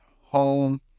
home